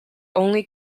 only